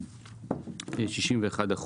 61%,